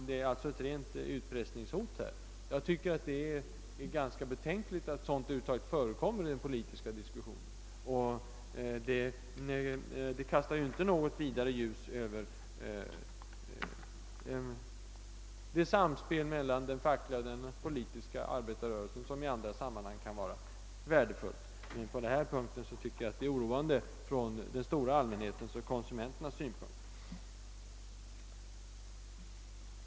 Det är alltså ett rent utpressningshot. Jag tycker att det är ganska betänkligt att sådant över huvud taget förekommer i den politiska diskussionen, och det kastar inte något behagligt ljus över det samspel mellan den fackliga och den politiska arbetarrörelsen som kanske i andra sammanhang kan vara värdefullt. I detta sammanhang är det dessutom oroande från den stora allmänhetens, d.v.s. konsumenternas, synpunkt.